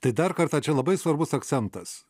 tai dar kartą čia labai svarbus akcentas